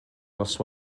nos